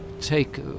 take